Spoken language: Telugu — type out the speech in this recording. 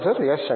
professor S